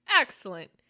Excellent